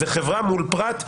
זה חברה מול פרט,